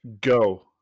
go